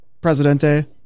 Presidente